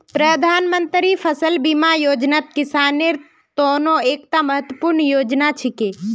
प्रधानमंत्री फसल बीमा योजनात किसानेर त न एकता महत्वपूर्ण योजना छिके